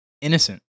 innocent